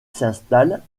s’installe